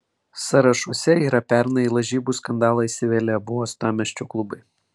sąrašuose yra pernai į lažybų skandalą įsivėlę abu uostamiesčio klubai